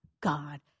God